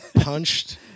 punched